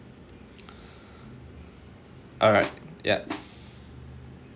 alright yup